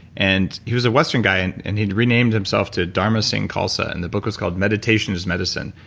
and he was a western guy, and and he renamed himself to dharma singh khalsa, and the book was called meditation is medicine.